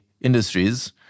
industries